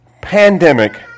pandemic